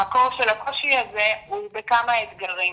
המקור של הקושי הזה הוא בכמה אתגרים.